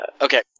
Okay